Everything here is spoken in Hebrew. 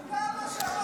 אתה אמרת,